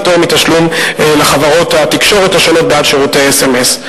לפטור מתשלום לחברות התקשורת השונות בעד שירותי אס.אם.אס.